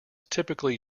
typically